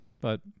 But-